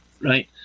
right